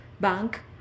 bank